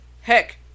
Heck